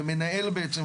ומנהל בעצם,